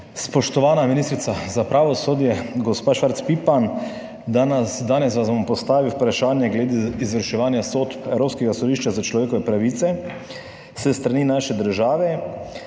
Spoštovana ministrica za pravosodje gospa Švarc Pipan! Danes vam bom postavil vprašanje glede izvrševanja sodb Evropskega sodišča za človekove pravice s strani naše države.